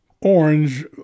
Orange